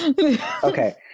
Okay